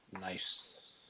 Nice